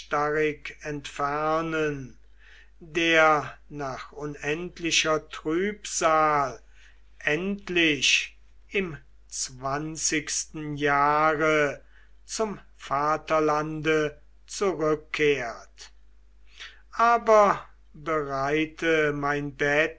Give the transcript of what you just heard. entfernen der nach unendlicher trübsal endlich im zwanzigsten jahre zum vaterlande zurückkehrt aber bereite mein